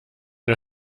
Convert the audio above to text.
der